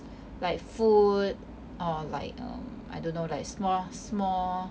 like food or like um I don't know like small small